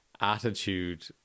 attitude